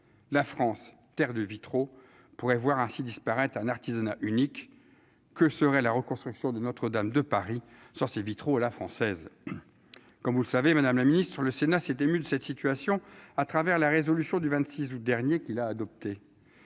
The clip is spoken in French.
la France, terre de vitraux pourrait voir ainsi disparaître un artisanat unique que serait la reconstruction de notre dame de Paris sans ses vitraux à la française, comme vous le savez madame la Ministre sur le Sénat s'est ému de cette situation, à travers la résolution du 26 août dernier qui l'a adopté,